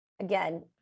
again